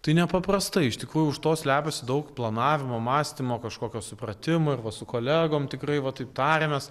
tai nepaprastai iš tikrųjų už to slepiasi daug planavimo mąstymo kažkokio supratimo ir va su kolegom tikrai va taip tarėmės